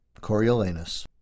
Coriolanus